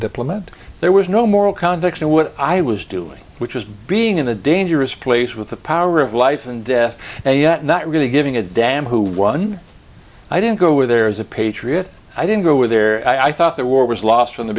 diplomat there was no moral context and what i was doing which was being in a dangerous place with the power of life and death and yet not really giving a damn who won i didn't go where there is a patriot i didn't go in there i thought the war was lost from the